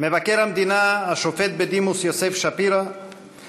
מבקר המדינה השופט בדימוס יוסף שפירא,